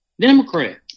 Democrat